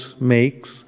makes